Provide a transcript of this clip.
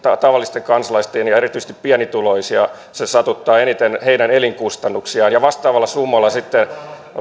tavallisten kansalaisten verotusta ja erityisesti pienituloisia se satuttaa eniten nostaa heidän elinkustannuksiaan ja vastaavalla summalla sitten